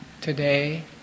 today